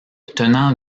tenant